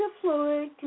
fluid